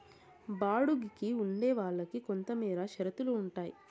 బాడుగికి ఉండే వాళ్ళకి కొంతమేర షరతులు ఉంటాయి